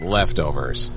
Leftovers